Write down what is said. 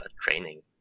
training